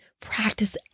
practice